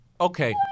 Okay